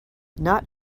not